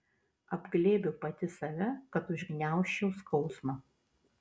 apglėbiu pati save kad užgniaužčiau skausmą